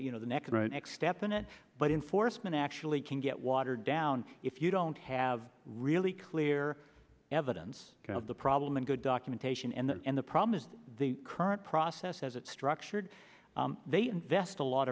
you know the next next step but enforcement actually can get watered down if you don't have really clear evidence of the problem and good documentation and the problem is that the current process as it's structured they invest a lot